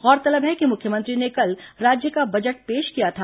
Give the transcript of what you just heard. गौरतलब है कि मुख्यमंत्री ने कल राज्य का बजट पेश किया था